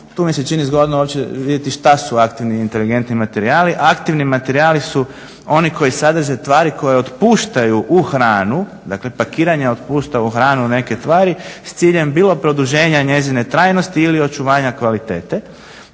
Tu mi se čini zgodno opće vidjeti šta su aktivni i inteligentni materijali. Aktivni materijali su oni koji sadrže tvari koje otpuštaju u hranu, dakle pakiranje otpušta u hranu neke tvari s ciljem bilo produženja njezine trajnosti ili očuvanja kvalitete.